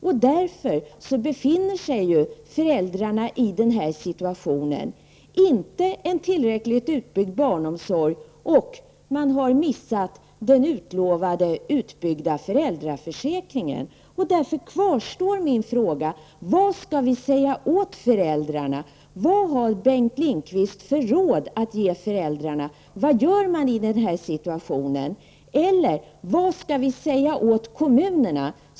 Och av den anledningen befinner sig nu föräldrarna i den situationen att barnomsorgen inte är tillräckligt utbyggd och att de har gått miste om den utlovade utbyggnaden av föräldraförsäkringen. Mina frågor kvarstår därför: Vad skall vi säga till föräldrarna? Vad har Bengt Lindqvist för råd att ge föräldrarna? Vad gör man i denna situation? Vad skall vi säga till kommunerna?